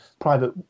Private